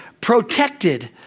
protected